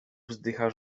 wzdycha